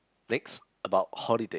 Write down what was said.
next about holiday